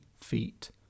feet